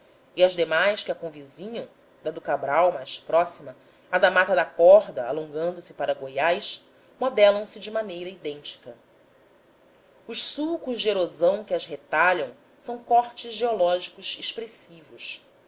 e as demais que a convizinham da do cabral mais próxima à da mata da corda alongando se para goiás modelam se de maneira idêntica os sulcos de erosão que as retalham são cortes geológicos expressivos